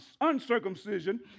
uncircumcision